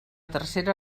tercera